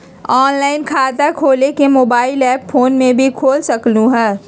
Online खाता खोले के मोबाइल ऐप फोन में भी खोल सकलहु ह?